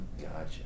Gotcha